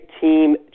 Team